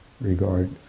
regard